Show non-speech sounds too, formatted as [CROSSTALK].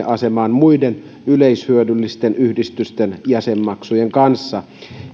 [UNINTELLIGIBLE] asemaan muiden yleishyödyllisten yhdistysten jäsenmaksujen kanssa